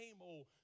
old